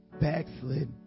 backslid